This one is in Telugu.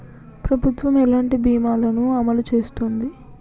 ప్రభుత్వం ఎలాంటి బీమా ల ను అమలు చేస్తుంది?